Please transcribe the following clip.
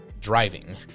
driving